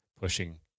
pushing